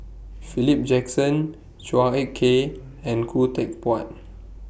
Philip Jackson Chua Ek Kay and Khoo Teck Puat